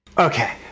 Okay